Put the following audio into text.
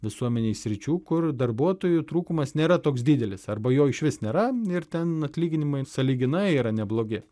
visuomenėj sričių kur darbuotojų trūkumas nėra toks didelis arba jo išvis nėra ir ten atlyginimai sąlyginai yra neblogi